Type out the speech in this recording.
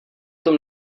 tom